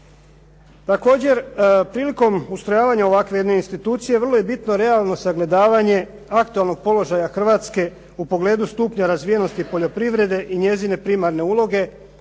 Također prilikom ustrojavanja ovakve jedne institucije vrlo je bitno realno sagledavanje, aktualnog položaja Hrvatske u pogledu stupnja razvijenosti poljoprivrede i njezine primarne uloge,